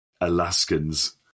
alaskans